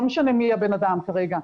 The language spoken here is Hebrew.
לא משנה מי הבן אדם כרגע,